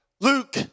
Luke